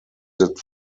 that